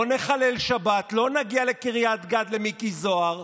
לא נחלל שבת, לא נגיע לקריית גת, למיקי זוהר,